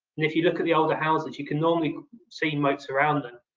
and if you look at the older houses, you can normally see moats around them.